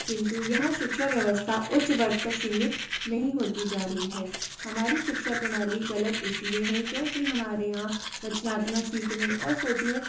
किन्तु यह शिक्षा व्यवस्था उच्च वर्ग तक सीमित नहीं होती जा रही है हमारी शिक्षा प्रणाली गलत इसलिए है क्योंकि हमारे यहाँ रचनात्मक सीखने और सोचने